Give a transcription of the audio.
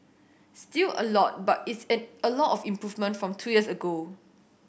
still a lot but it's an a lot of improvement from two years ago